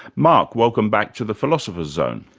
mark, welcome back to the philosopher's zone.